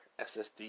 SSD